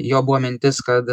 jo buvo mintis kad